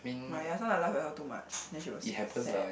oh ya sometimes I laugh at her too much then she was sad